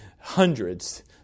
Hundreds